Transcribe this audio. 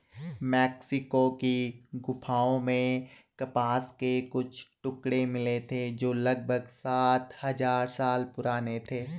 Mexico की गुफाओं में कपास के कुछ टुकड़े मिले थे जो लगभग सात हजार साल पुराने थे